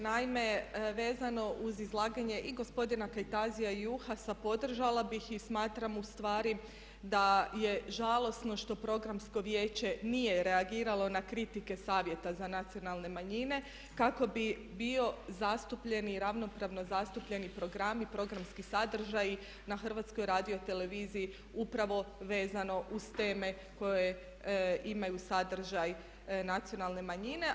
Naime, vezano uz izlaganje i gospodina Kajtazija i Juhasa podržala bih i smatram u stvari da je žalosno što Programsko vijeće nije reagiralo na kritike Savjeta za nacionalne manjine kako bi bio zastupljen i ravnopravno zastupljen i program i programski sadržaji na HRT-u upravo vezano uz teme koje imaju sadržaj nacionalne manjine.